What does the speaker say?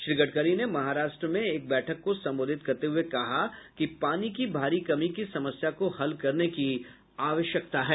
श्री गडकरी ने महाराष्ट्र में एक बैठक को संबोधित करते हुए कहा कि पानी की भारी कमी की समस्या को हल करने की आवश्यकता है